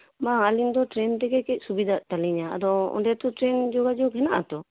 ᱵᱟᱝ ᱟᱹᱞᱤᱧ ᱫᱚ ᱴᱨᱮᱹᱱ ᱛᱮᱜᱮ ᱠᱟᱹᱡ ᱥᱩᱵᱤᱫᱟᱜ ᱛᱟᱹᱞᱤᱧᱟ ᱟᱫᱚ ᱚᱸᱰᱮ ᱫᱚ ᱴᱨᱮᱹᱱ ᱡᱚᱜᱟᱡᱳᱜᱽ ᱢᱮᱱᱟᱜ ᱟᱛᱚ